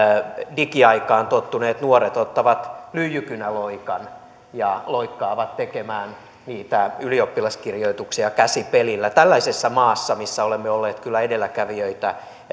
digiaikaan tottuneet nuoret ottavat lyijykynäloikan ja loikkaavat tekemään niitä ylioppilaskirjoituksia käsipelillä tällaisessa maassa missä olemme olleet kyllä edelläkävijöitä